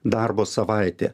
darbo savaitė